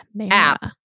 App